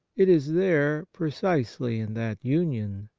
it is there, precisely in that union,